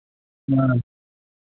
हाँ